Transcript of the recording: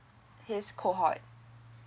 his cohort